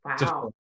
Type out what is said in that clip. Wow